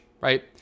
right